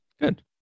good